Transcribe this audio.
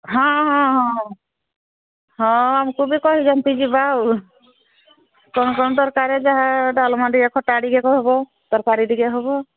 ହଁ ହଁ ହଁ ହଁ ଆମକୁ ବି କହିଛନ୍ତି ଯିବା ଆଉ କ'ଣ କ'ଣ ଦରକାର ଯାହା ଡାଲମା ଟିକେ ଖଟା ଟିକେ ହବ ତରକାରୀ ଟିକେ ହବ